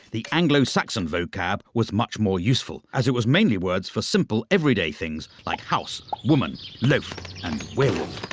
the anglo-saxon vocab was much more useful, as it was mainly words for simple everyday things, like house woman loaf and werewolf.